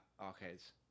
arcades